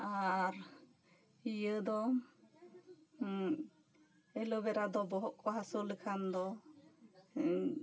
ᱟᱨ ᱤᱭᱟᱹ ᱫᱚ ᱮᱞᱚᱵᱮᱨᱟ ᱫᱚ ᱵᱚᱦᱚᱜ ᱠᱚ ᱦᱟᱥᱚ ᱞᱮᱠᱷᱟᱱ ᱫᱚ ᱚᱱᱟ